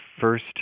first